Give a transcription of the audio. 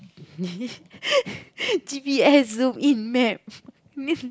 G_P_S loop in map